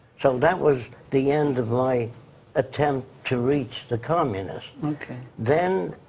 so that was the end of my attempt to reach the communists. ok. then,